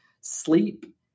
Sleep